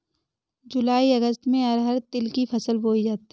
जूलाई अगस्त में अरहर तिल की फसल बोई जाती हैं